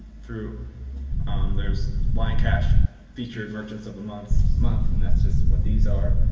through there's lion cash featured merchants of the month month and that's just what these are.